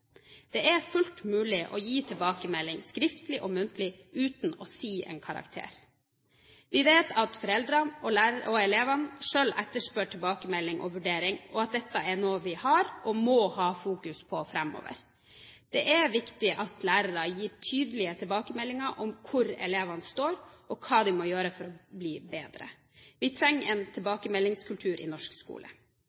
Det er fullt mulig å gi tilbakemelding, skriftlig og muntlig, uten å si en karakter. Vi vet at foreldrene og elevene selv etterspør tilbakemelding og vurdering, og at dette er noe vi har og må ha fokus på fremover. Det er viktig at lærerne gir tydelige tilbakemeldinger om hvor elevene står, og hva de må gjøre for å bli bedre. Vi trenger en